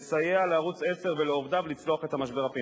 לסייע לערוץ-10 ולעובדיו לצלוח את המשבר הפיננסי.